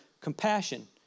compassion